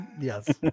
Yes